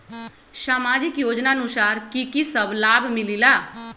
समाजिक योजनानुसार कि कि सब लाब मिलीला?